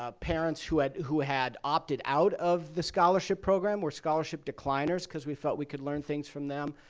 ah parents who had who had opted out of the scholarship program were scholarship decliners because we felt we could learn things from them,